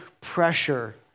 pressure